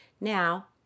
Now